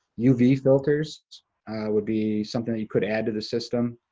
uv filters would be something you could add to the system.